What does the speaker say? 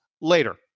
later